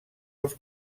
els